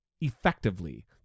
effectively